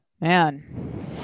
Man